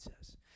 says